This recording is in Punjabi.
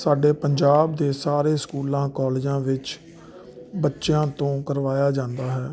ਸਾਡੇ ਪੰਜਾਬ ਦੇ ਸਾਰੇ ਸਕੂਲਾਂ ਕਾਲਜਾਂ ਵਿੱਚ ਬੱਚਿਆਂ ਤੋਂ ਕਰਵਾਇਆ ਜਾਂਦਾ ਹੈ